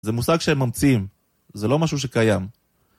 זה מושג שהם ממציאים, זה לא משהו שקיים.